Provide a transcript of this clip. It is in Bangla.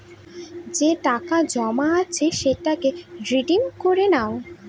যে টাকা জমা আছে সেটাকে রিডিম করে নাও